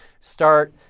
start